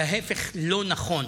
וההפך לא נכון,